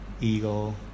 Eagle